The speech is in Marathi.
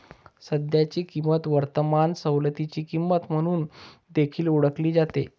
सध्याची किंमत वर्तमान सवलतीची किंमत म्हणून देखील ओळखली जाते